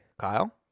kyle